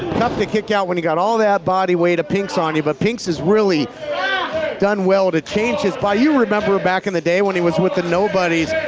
tough to kick out when you got all that body weight of pinx on you, but pinx has really done well to change his body. you remember back in the day when he was with the nobodies.